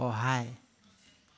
সহায়